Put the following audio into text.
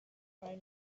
prime